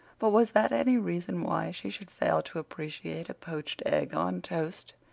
but was that any reason why she should fail to appreciate a poached egg on toast?